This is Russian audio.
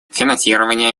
финансирование